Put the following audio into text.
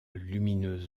lumineuse